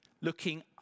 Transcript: looking